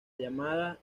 llamada